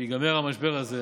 כשיגמר המשבר הזה,